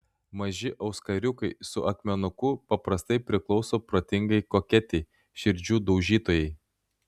maži auskariukai su akmenuku paprastai priklauso protingai koketei širdžių daužytojai